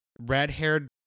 red-haired